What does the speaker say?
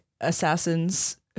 assassins